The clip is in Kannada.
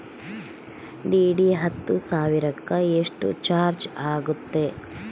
ಡಿ.ಡಿ ಹತ್ತು ಸಾವಿರಕ್ಕೆ ಎಷ್ಟು ಚಾಜ್೯ ಆಗತ್ತೆ?